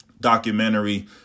documentary